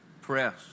press